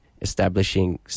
establishing